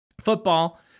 Football